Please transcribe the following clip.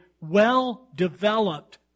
well-developed